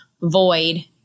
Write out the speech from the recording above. void